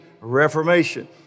reformation